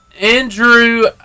Andrew